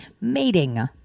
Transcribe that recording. Mating